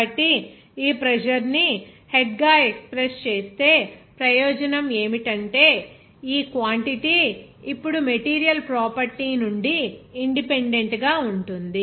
కాబట్టి ఈ ప్రెజర్ ని హెడ్ గా ఎక్స్ ప్రెస్ చేస్తే ప్రయోజనం ఏమిటంటే ఈ క్వాంటిటీ ఇప్పుడు మెటీరియల్ ప్రాపర్టీ నుండి ఇన్ డిపెండెంట్ గా ఉంటుంది